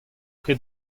ket